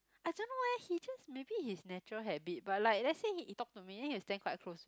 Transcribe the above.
I don't know eh he just maybe his natural habit but like let's say he he talk to me then he'll stand quite close